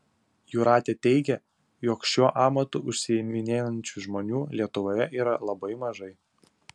jūratė teigia jog šiuo amatu užsiiminėjančių žmonių lietuvoje yra labai mažai